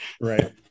right